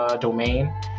domain